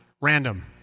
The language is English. Random